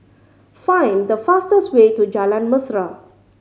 find the fastest way to Jalan Mesra